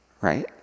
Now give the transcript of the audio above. right